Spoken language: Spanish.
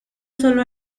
sólo